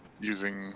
using